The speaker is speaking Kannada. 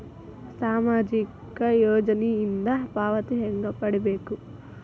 ಸಾಮಾಜಿಕ ಯೋಜನಿಯಿಂದ ಪಾವತಿ ಹೆಂಗ್ ಪಡಿಬೇಕು?